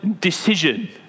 decision